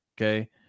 okay